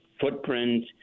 footprint